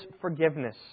forgiveness